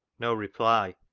no reply.